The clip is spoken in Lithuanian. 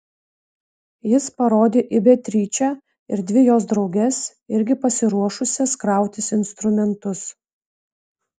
jis parodė į beatričę ir dvi jos drauges irgi pasiruošusias krautis instrumentus